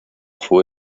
fue